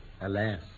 alas